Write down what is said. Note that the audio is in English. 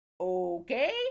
Okay